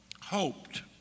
hoped